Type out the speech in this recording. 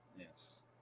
yes